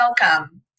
welcome